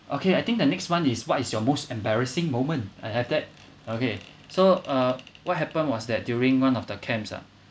okay I think the next one is what is your most embarrassing moment I have that okay so uh what happened was that during one of the camps ah